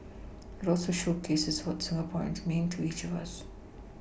it also showcases what Singapore means to each of us